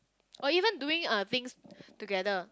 or even doing uh things together